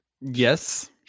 Yes